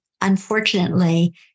unfortunately